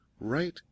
right